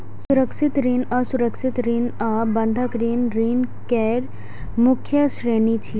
सुरक्षित ऋण, असुरक्षित ऋण आ बंधक ऋण ऋण केर मुख्य श्रेणी छियै